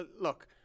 Look